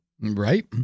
Right